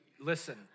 listen